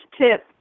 tip